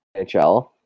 NHL